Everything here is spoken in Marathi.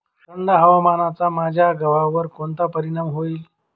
थंड हवामानाचा माझ्या गव्हावर कोणता परिणाम होईल?